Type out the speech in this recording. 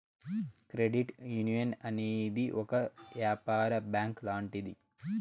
credit union అనేది ఒక యాపార బ్యాంక్ లాంటిది